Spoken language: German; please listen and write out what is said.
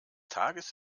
tages